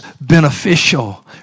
beneficial